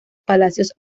palacios